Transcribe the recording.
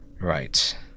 Right